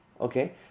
Okay